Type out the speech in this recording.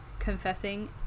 confessing